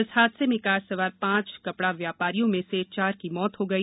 इस हादसे में कार सवार पांच कपड़ा व्यापारियों में से चार की मौत हो गई